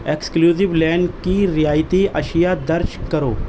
exclusive lane کی رعایتی اشیاء درج کرو